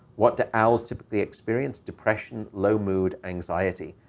what the owls typically experience depression, low mood, anxiety.